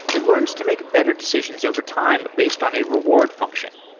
it learns to make better decisions overtime based on a reward function.